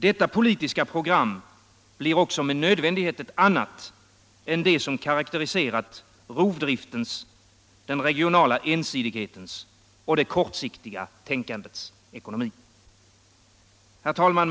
Detta politiska program blir också med nödvändighet ett annat än det som karakteriserar rovdriftens, den regionala ensidighetens och det kortsiktiga tänkandets ekonomi. Herr talman!